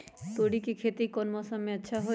तोड़ी के खेती कौन मौसम में अच्छा होई?